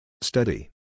Study